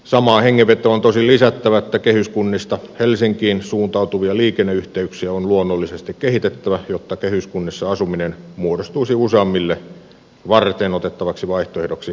samaan hengenvetoon on tosin lisättävä että kehyskunnista helsinkiin suuntautuvia liikenneyhteyksiä on luonnollisesti kehitettävä jotta kehyskunnissa asuminen muodostuisi useammille varteenotettavaksi vaihtoehdoksi pääkaupungissa asumiselle